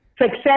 Success